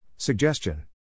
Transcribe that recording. Suggestion